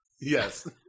Yes